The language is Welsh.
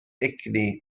egni